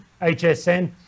HSN